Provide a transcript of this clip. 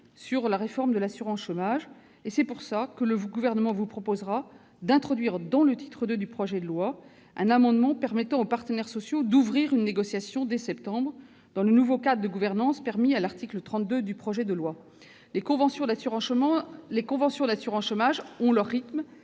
sur la réforme de l'assurance chômage. C'est pourquoi le Gouvernement vous proposera d'introduire, dans le titre II du projet de loi, une disposition permettant aux partenaires sociaux d'ouvrir une négociation dès septembre prochain, dans le nouveau cadre de gouvernance permis par l'article 32 de ce projet de loi. Tout à coup ! Les conventions d'assurance chômage ont leur rythme,